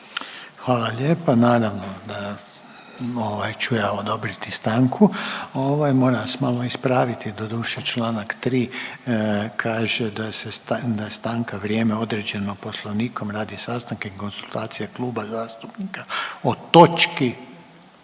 Hvala lijepa. Naravno da ovaj, ću ja odobriti stanku, ovaj. Moram vas malo ispraviti doduše čl. 3 kaže da je stanka vrijeme određeno Poslovnikom radi sastanka i konzultacija kluba zastupnika o točki